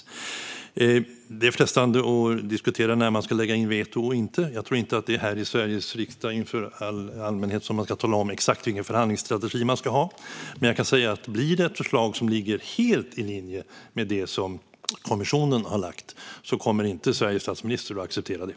Det är frestande att diskutera när man ska lägga in sitt veto och inte. Jag tror inte att det är här i Sveriges riksdag inför hela allmänheten som man ska tala om exakt vilken förhandlingsstrategi man ska ha. Jag kan dock säga att om det blir ett förslag som ligger helt i linje med det som kommissionen har lagt fram kommer Sveriges statsminister inte att acceptera det.